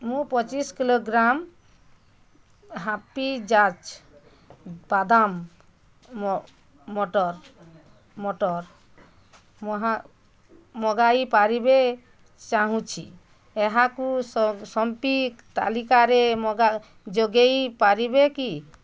ମୁଁ ପଚିଶ କିଲୋଗ୍ରାମ୍ ହାପୀ ଜାଚ୍ ବାଦାମ ମଟର ମଟର ମହା ମଗାଇ ପାରିବେ ଚାହୁଁଛି ଏହାକୁ ସପିଂ ତାଲିକାରେ ମଗାଇ ଯୋଗାଇ ପାରିବେ କି